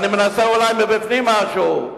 אני מנסה אולי מבפנים משהו.